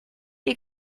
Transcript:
ihr